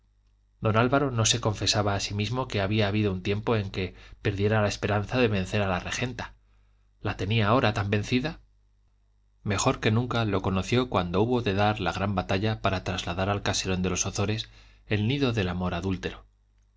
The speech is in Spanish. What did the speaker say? don álvaro no se confesaba a sí mismo que había habido un tiempo en que perdiera la esperanza de vencer a la regenta la tenía ahora tan vencida mejor que nunca lo conoció cuando hubo que dar la gran batalla para trasladar al caserón de los ozores el nido del amor adúltero